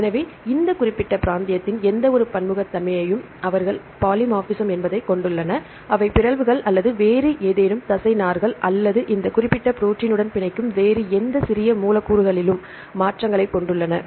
எனவே இந்த குறியீட்டு பிராந்தியத்தின் எந்தவொரு பன்முகத்தன்மையும் அவை பாலிமார்பிஸம் என்பதை கொண்டுள்ளன அவை பிறழ்வுகள் அல்லது வேறு ஏதேனும் தசைநார்கள் அல்லது இந்த குறிப்பிட்ட ப்ரோடீன் உடன் பிணைக்கும் வேறு எந்த சிறிய மூலக்கூறுகளிலும் மாற்றங்களைக் கொண்டுள்ளன